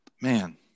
man